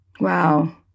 Wow